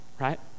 right